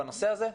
הנושא הזה,